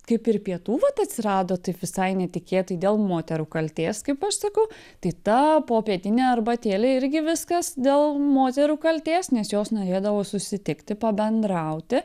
kaip ir pietų vat atsirado taip visai netikėtai dėl moterų kaltės kaip aš sakau tai ta popietinė arbatėlė irgi viskas dėl moterų kaltės nes jos norėdavo susitikti pabendrauti